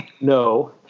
no